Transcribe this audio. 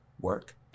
work